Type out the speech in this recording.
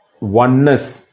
oneness